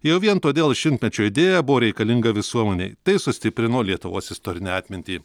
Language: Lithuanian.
jau vien todėl šimtmečio idėja buvo reikalinga visuomenei tai sustiprino lietuvos istorinę atmintį